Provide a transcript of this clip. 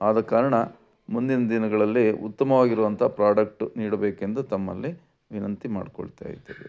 ಆದ ಕಾರಣ ಮುಂದಿನ ದಿನಗಳಲ್ಲಿ ಉತ್ತಮವಾಗಿರುವಂಥ ಪ್ರಾಡಕ್ಟು ನೀಡಬೇಕೆಂದು ತಮ್ಮಲ್ಲಿ ವಿನಂತಿ ಮಾಡಿಕೊಳ್ತಾ ಇದ್ದೇವೆ